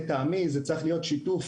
לטעמי זה צריך להיות שיתוף